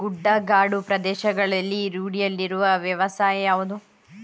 ಗುಡ್ಡಗಾಡು ಪ್ರದೇಶಗಳಲ್ಲಿ ರೂಢಿಯಲ್ಲಿರುವ ವ್ಯವಸಾಯ ಯಾವುದು?